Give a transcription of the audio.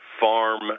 farm